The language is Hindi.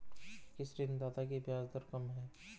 किस ऋणदाता की ब्याज दर कम है?